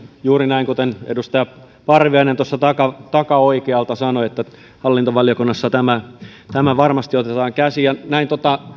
juuri näin kuten edustaja parviainen tuossa takaoikealta sanoi hallintovaliokunnassa tämä tämä varmasti otetaan käsiin näin